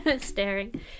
staring